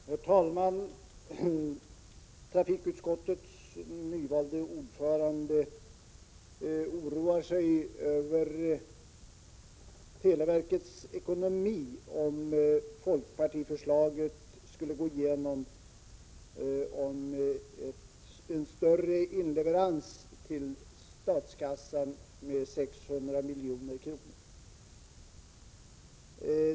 Herr talman! Trafikutskottets nyvalde ordförande oroar sig över televerkets ekonomi, om folkpartiförslaget skulle gå igenom om en större inleverans till statskassan med 600 milj.kr.